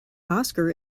oscar